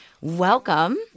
Welcome